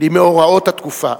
למאורעות התקופה.